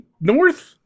North